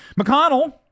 McConnell